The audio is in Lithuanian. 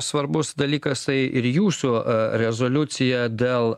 svarbus dalykas tai ir jūsų rezoliucija dėl